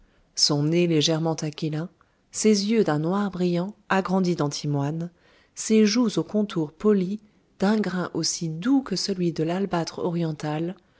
son nez légèrement aquilin ses yeux d'un noir brillant agrandis d'antimoine ses joues aux contours polis d'un grain aussi doux que celui de l'albâtre